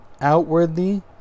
Outwardly